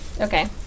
Okay